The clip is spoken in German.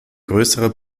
größere